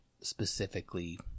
specifically